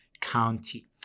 county